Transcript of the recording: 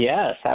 Yes